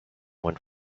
went